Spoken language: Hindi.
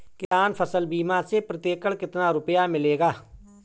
किसान फसल बीमा से प्रति एकड़ कितना रुपया मिलेगा?